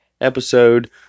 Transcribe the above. episode